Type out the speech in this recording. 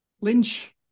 Lynch